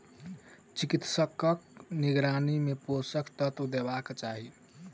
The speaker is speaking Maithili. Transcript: चिकित्सकक निगरानी मे पोषक तत्व देबाक चाही